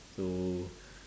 so